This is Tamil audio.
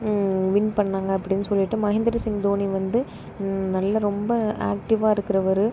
வின் பண்ணாங்க அப்படின்னு சொல்லிவிட்டு மகேந்திர சிங் தோனி வந்து நல்லா ரொம்ப ஆக்ட்டிவ்வாக இருக்கிறவர்